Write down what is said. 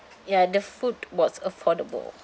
ya the food was affordable